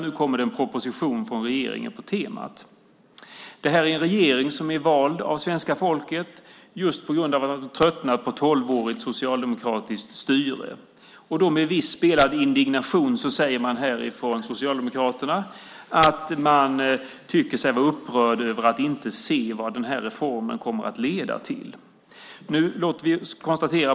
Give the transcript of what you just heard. Nu kommer det en proposition från regeringen på temat. Det här är en regering som är vald av svenska folket just på grund av att man tröttnat på ett tolvårigt socialdemokratiskt styre. Med viss spelad indignation säger man här från Socialdemokraterna att man är upprörd över att inte se vad den här reformen kommer att leda till.